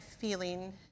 feeling